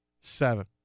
seven